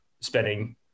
spending